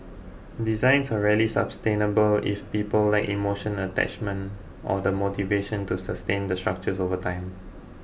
designs are rarely sustainable if people lack emotional attachment or the motivation to sustain the structures over time